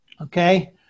Okay